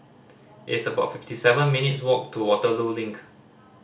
it's about fifty seven minutes' walk to Waterloo Link